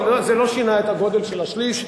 אבל זה לא שינה את הגודל של השליש.